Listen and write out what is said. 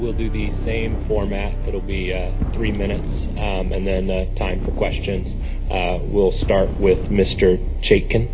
we'll do the same format it'll be three minutes and then that type of question will start with mr shaken